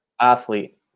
athlete